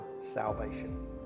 salvation